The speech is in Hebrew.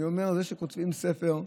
אני אומר, זה שכותבים ספר,